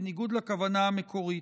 בניגוד לכוונה המקורית.